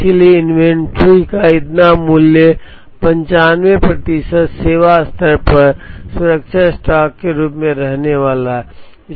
इसलिए इन्वेंट्री का इतना मूल्य 95 प्रतिशत सेवा स्तर पर सुरक्षा स्टॉक के रूप में रहने वाला है